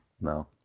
no